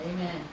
Amen